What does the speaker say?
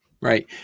right